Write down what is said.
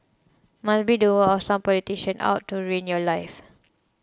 must be the work of some politician out to ruin your life